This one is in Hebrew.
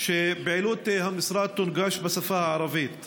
שפעילות המשרד תונגש בשפה הערבית.